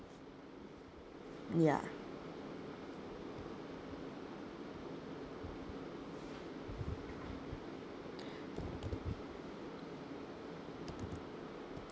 ya